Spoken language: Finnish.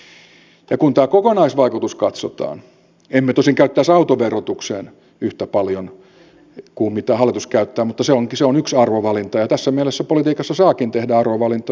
ja kun tämä kokonaisvaikutus katsotaan emme tosin käyttäisi autoverotukseen yhtä paljon kuin mitä hallitus käyttää mutta se on yksi arvovalinta ja tässä mielessä politiikassa saakin tehdä arvovalintoja